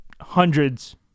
hundreds